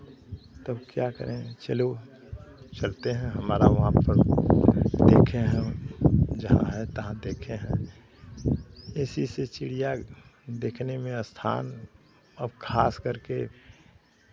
तब क्या करें चलो चलते हैं हमारा वहाँ पर देखे हम जहाँ हैं तहाँ देखे हैं इसी से चिड़िया देखने में स्थान अब खास कर के